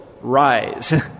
rise